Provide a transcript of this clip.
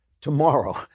Tomorrow